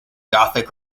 gothic